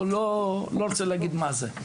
לא רוצה להגיד מה זה,